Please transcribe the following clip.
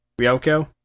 ryoko